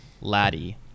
laddie